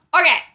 Okay